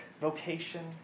vocation